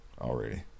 already